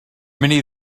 many